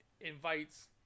invites